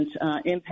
impact